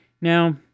now